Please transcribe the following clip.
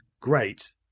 great